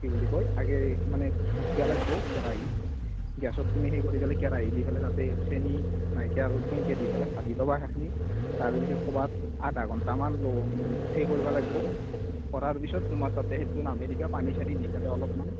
কি বুলি কয় আগে মানে ভাজিব লাগিব কেৰাহিত গেছত তুমি সেইকৰি পেলাই কেৰাহি দি পেলাই তাতে চেনী নাৰিকেল এনকৈ দি পেলায় ভাজি ল'বা সেখনি তাৰেপাছত কবাত আধা ঘন্টামান ল সেই কৰবা লাগব কৰাৰ পিছত তোমাৰ তাতে সেইটো নামে দিবা পানী চানি দি পেলাই অলপমান